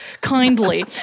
kindly